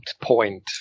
point